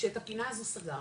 שאת הפינה הזו סגרנו,